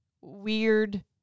weird